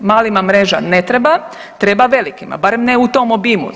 Malima mreža ne treba, treba velikima, barem ne u tom obimu.